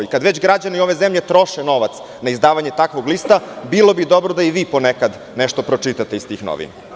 I kad već građani ove zemlje troše novac na izdavanje takvog lista bilo bi dobro da i vi ponekad nešto pročitate iz tih novina.